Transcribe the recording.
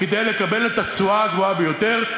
כדי לקבל את התשואה הגבוהה ביותר,